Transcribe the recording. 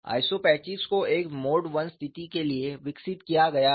isopachics को एक mode I स्थिति के लिए विकसित किया गया है